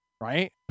right